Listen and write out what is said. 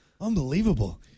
Unbelievable